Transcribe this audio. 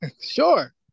sure